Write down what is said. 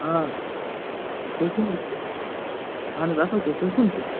آ تُہۍ کٕم حظ چھُو اہن حظ اَصٕل پٲٹھۍ تُہۍ کٕم چھِو